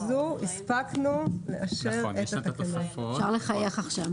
הספקנו לאשר את התקנות.